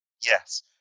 yes